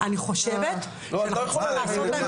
את לא יכולה להגיד את זה,